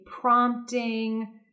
prompting